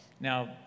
Now